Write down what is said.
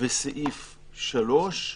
וסעיף 3,